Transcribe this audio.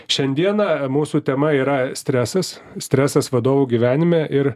šiandieną mūsų tema yra stresas stresas vadovų gyvenime ir